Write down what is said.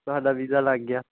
ਤੁਹਾਡਾ ਵੀਜ਼ਾ ਲੱਗ ਗਿਆ